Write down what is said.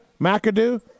McAdoo